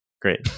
Great